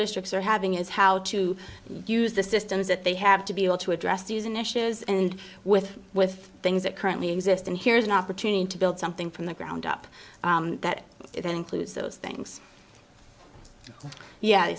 districts are having is how to use the systems that they have to be able to address these initiatives and with with things that currently exist and here's an opportunity to build something from the ground up that it includes those things ye